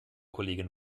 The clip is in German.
kollegin